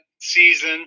season